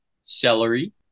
celery